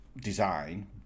design